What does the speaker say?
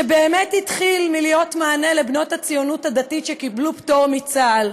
שבאמת התחיל מלהיות מענה לבנות הציונות הדתית שקיבלו פטור מצה"ל,